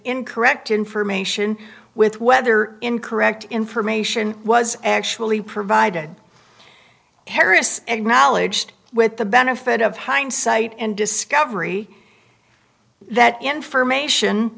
incorrect information with whether incorrect information was actually provided harris acknowledged with the benefit of hindsight and discovery that information